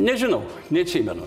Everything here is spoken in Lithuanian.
nežinau neatsimenu